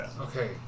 Okay